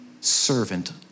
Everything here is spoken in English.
servant